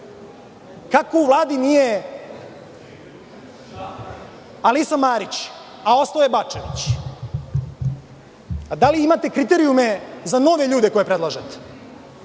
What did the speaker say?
Kako u Vladi nije Alisa Marić, a ostao je Bačević? Da li imate kriterijume za nove ljude koje predlažete?